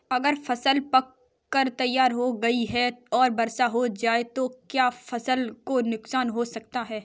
अगर फसल पक कर तैयार हो गई है और बरसात हो जाए तो क्या फसल को नुकसान हो सकता है?